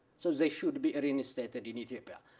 so they should be reinstated in ethiopia.